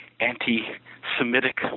anti-Semitic